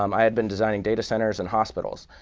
um i had been designing data centers and hospitals.